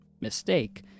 mistake